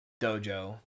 dojo